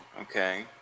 Okay